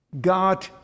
God